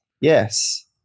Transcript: Yes